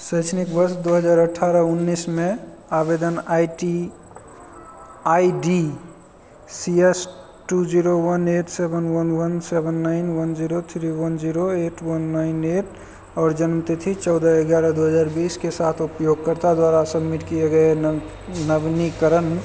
शैक्षणिक वर्ष दो हजार अठारह उन्नीस में आवेदन I C I D C S two zero one eight seven one one seven nine one zero three one zero eight one nine eight और जन्म तिथि चौदह ग्यारह दो हजार बीस के साथ उपयोगकर्ता द्वारा सबमिट किए गए नव नवनीकरण